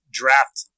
draft